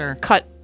cut